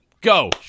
Go